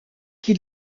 qui